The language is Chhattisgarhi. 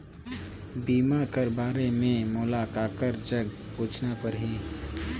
बीमा कर बारे मे मोला ककर जग पूछना परही?